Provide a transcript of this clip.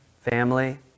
family